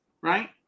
right